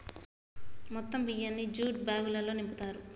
మొత్తం బియ్యాన్ని జ్యూట్ బ్యాగులల్లో నింపుతారు